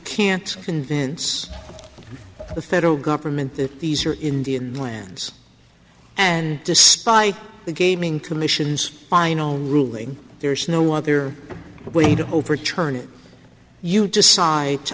convince the federal government that these are indian lands and despite the gaming commission's final ruling there is no other way to overturn it you decide to